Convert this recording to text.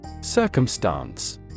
Circumstance